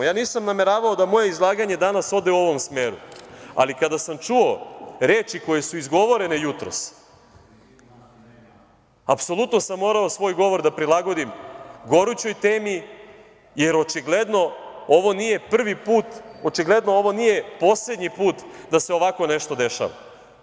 Ja nisam nameravao da moje izlaganje danas ode u ovom smeru, ali kada sam čuo reči koje su izgovorene jutros, apsolutno sam morao svoj govor da prilagodim gorućoj temi, jer očigledno ovo nije poslednji put da se ovako nešto dešava.